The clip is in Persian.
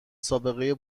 سابقه